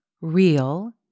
real